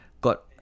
got